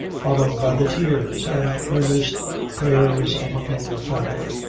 followed by the tears and earnest prayers of her whole family.